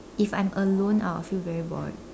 if I'm alone I will feel very bored